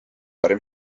parim